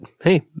hey